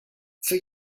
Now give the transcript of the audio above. für